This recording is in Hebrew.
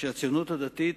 שהציונות הדתית,